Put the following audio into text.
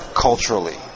culturally